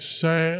say